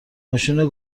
ماشینو